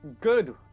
Good